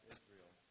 Israel